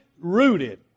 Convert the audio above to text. rooted